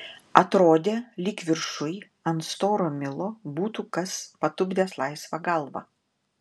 atrodė lyg viršuj ant storo milo būtų kas patupdęs laisvą galvą